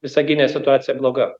visagine situacija bloga